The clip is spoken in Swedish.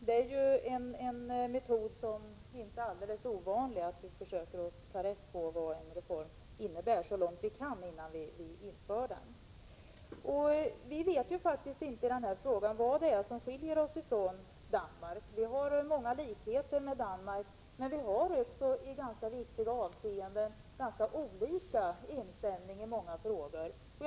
Det är en metod som inte är alldeles ovanlig att man försöker ta rätt på vad en reform innebär så långt det är möjligt innan man inför den. Vi vet faktiskt inte vad det är som skiljer oss från Danmark. Vi har många likheter, men vi har också i viktiga avseenden ganska olika inställning i många frågor.